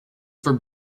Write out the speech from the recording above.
for